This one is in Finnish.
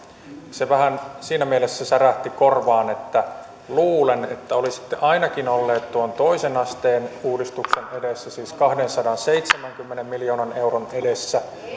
se vähän siinä mielessä särähti korvaan että luulen että olisitte ainakin olleet tuon toisen asteen uudistuksen edessä siis kahdensadanseitsemänkymmenen miljoonan euron edessä